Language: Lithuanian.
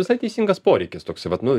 visai teisingas poreikis toks vat nu